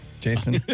Jason